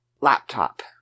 laptop